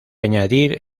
añadir